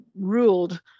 ruled